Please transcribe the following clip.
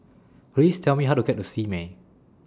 Please Tell Me How to get to Simei